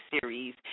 series